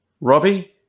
Robbie